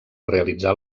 realitzar